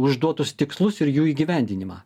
užduotus tikslus ir jų įgyvendinimą